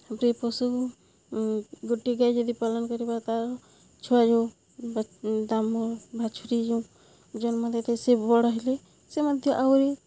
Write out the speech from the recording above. ଗୋଟେ ପଶୁ ଗୋଟେ ଗାଈ ଯଦି ପାଳନ କରିବା ତା ଛୁଆ ଯେଉଁ ଦାମୁର୍ ବାଛୁରୀ ଯେଉଁ ଜନ୍ମ ଦେଇଥାଏ ସେ ବଡ଼ ହେଲେ ସେ ମଧ୍ୟ ଆହୁରି